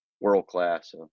world-class